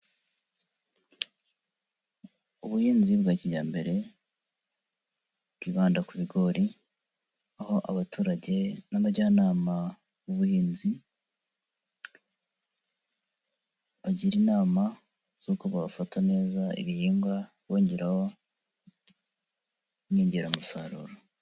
Ubuhinzi bwa kijyambere bwibanda ku bigori aho abaturage n'abajyanama b'ubuhinzi, bagira inama z'uko bafata neza ibihingwa bongeraho inyongeramusaruro.